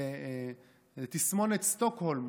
תסמונת סטוקהולם,